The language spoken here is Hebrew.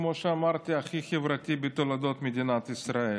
כמו שאמרתי, הכי חברתי בתולדות מדינת ישראל.